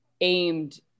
aimed